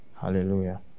hallelujah